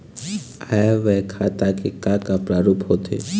आय व्यय खाता के का का प्रारूप होथे?